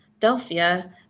Delphia